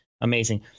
Amazing